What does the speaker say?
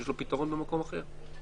שיש לו פתרון במקום אחר?